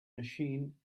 machine